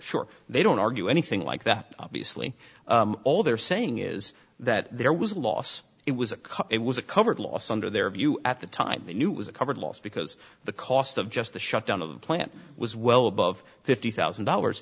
short they don't argue anything like that obviously all they're saying is that there was a loss it was a cut it was a covered loss under their view at the time they knew it was a covered loss because the cost of just the shutdown of the plant was well above fifty thousand dollars